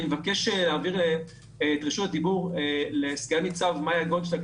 אני מבקש שתעביר את רשות הדיבור לסגן ניצב מאיה גולדשלג,